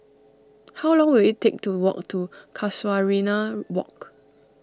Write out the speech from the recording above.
how long will it take to walk to Casuarina Walk